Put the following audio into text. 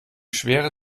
schwere